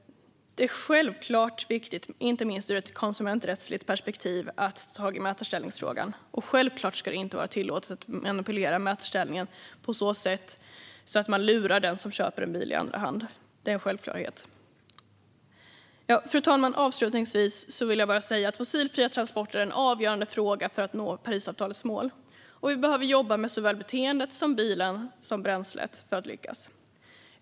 Det är självfallet viktigt, inte minst ur ett konsumenträttsligt perspektiv, att ta tag i denna fråga. Och det är en självklarhet att det inte ska vara tillåtet att manipulera mätarställningen och på så sätt lura den som köper en bil i andra hand. Fru talman! Avslutningsvis vill jag säga att fossilfria transporter är en avgörande fråga för att nå Parisavtalets mål. Vi behöver jobba såväl med beteendet som med bilen och bränslet för att lyckas.